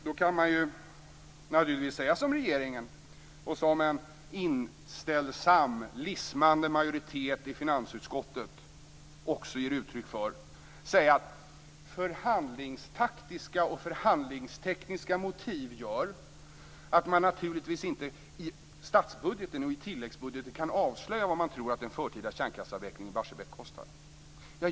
Då kan man naturligtvis som regeringen, liksom en inställsam, lismande majoritet i finansutskottet, säga att förhandlingstaktiska och förhandlingstekniska motiv gör att man naturligtvis inte i statsbudgeten och tilläggsbudgeten kan avslöja vad man tror att en förtida kärnkraftsavveckling i Barsebäck kostar.